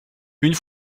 une